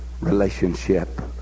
relationship